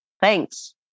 Thanks